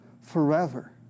forever